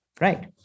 right